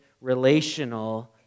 relational